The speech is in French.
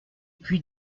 puy